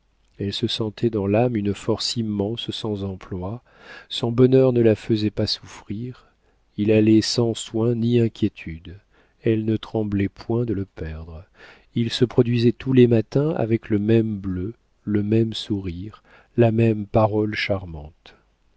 elle se sentait dans l'âme une force immense sans emploi son bonheur ne la faisait pas souffrir il allait sans soins ni inquiétudes elle ne tremblait point de le perdre il se produisait tous les matins avec le même bleu le même sourire la même parole charmante